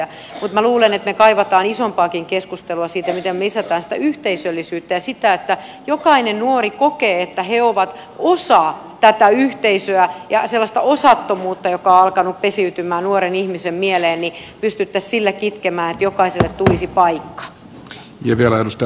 mutta minä luulen että me kaipaamme isompaakin keskustelua siitä miten me lisäämme sitä yhteisöllisyyttä ja sitä että jokainen nuori kokee että he ovat osa tätä yhteisöä ja miten sellaista osattomuutta joka on alkanut pesiytymään nuoren ihmisen mieleen pystyttäisiin sillä kitkemään että jokaiselle tulisi paikka